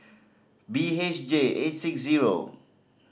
B H J eight six zero